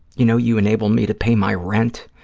you know, you enable me to pay my rent,